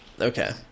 Okay